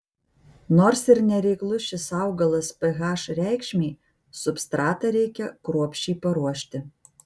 nors ir nereiklus šis augalas ph reikšmei substratą reikia kruopščiai paruošti